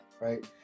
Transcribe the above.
Right